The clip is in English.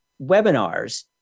webinars